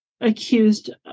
accused